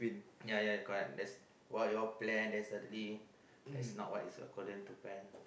ya ya correct that's what you all plan then suddenly is not what is according to plan